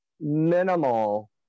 minimal